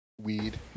weed